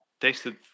tasted